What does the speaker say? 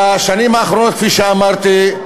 כפי שאמרתי,